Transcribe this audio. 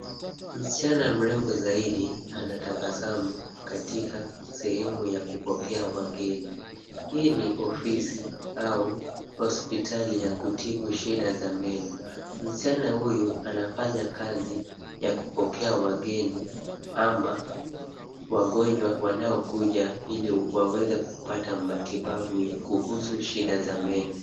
Msichana mrembo zaidi anatabasamu katika sehemu ya kupokea wageni. Hii ni ofisi au hospitali ya kutibu shida za meno. Msichana huyu anafanya kazi ya kupokea wageni ama wagonjwa wanaokuja ili waweze kupata matibabu ya, kuhusu shida za meno.